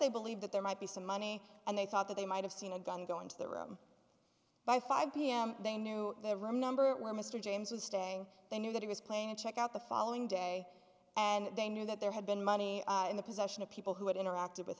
they believe that there might be some money and they thought that they might have seen a gun go into the room by five pm they knew their room number were mr james was staying they knew that he was playing a check out the following day and they knew that there had been money in the possession of people who had interacted with